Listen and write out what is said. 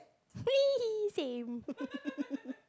same